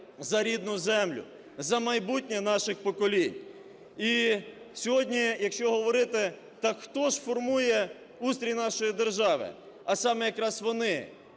За рідну землю, за майбутнє наших поколінь. І сьогодні, якщо говорити, так, хто ж формує устрій нашої держави? А саме якраз вони,